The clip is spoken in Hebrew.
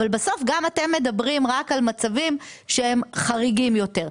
אבל בסוף גם אתם מדברים רק על מצבים שהם חריגים יותר.